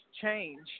change